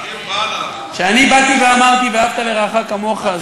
כשאני באתי ואמרתי "ואהבת לרעך כמוך",